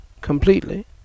completely